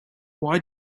why